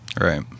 right